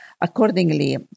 accordingly